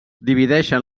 divideixen